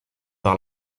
par